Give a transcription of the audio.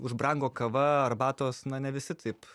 užbrango kava arbatos na ne visi taip